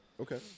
Okay